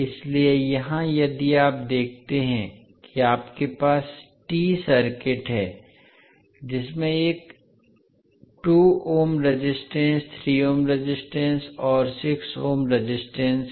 इसलिए यहाँ यदि आप देखते हैं कि आपके पास T सर्किट है जिसमें एक 2 ओम रेजिस्टेंस 3 ओम रेजिस्टेंस और 6 ओम रेजिस्टेंस है